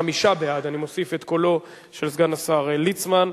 חמישה בעד, אני מוסיף את קולו של סגן השר ליצמן.